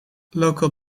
local